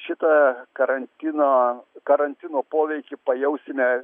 šitą karantino karantino poveikį pajausime